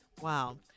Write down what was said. Wow